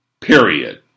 period